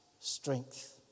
strength